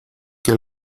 que